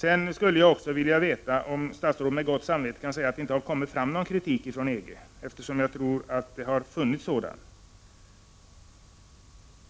Kan statsrådet med gott samvete säga att det inte har kommit någon kritik från EG? Jag tror nämligen att det har förekommit.